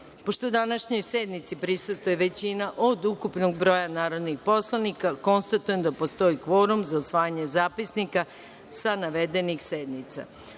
današnjoj sednici prisustvuje većina od ukupnog broja narodnih poslanika, konstatujem da postoji kvorum za usvajanje zapisnika sa navedenih